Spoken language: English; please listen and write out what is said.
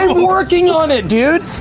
working on it, dude.